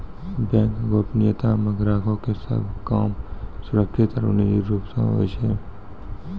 bank गोपनीयता मे ग्राहको के सभ काम सुरक्षित आरु निजी रूप से होय छै